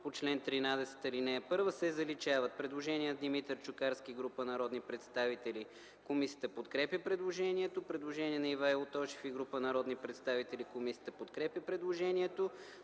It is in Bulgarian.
по чл. 13, ал. 1” се заличават”. Предложение от Димитър Чукарски и група народни представители. Комисията подкрепя предложението. Предложение на Ивайло Тошев и група народни представители. Комисията подкрепя предложението.